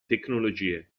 tecnologie